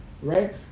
right